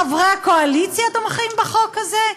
חברי הקואליציה תומכים בחוק הזה?